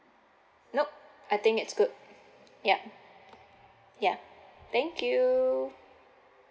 nop I think it's good yup ya thank you